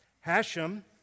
Hashem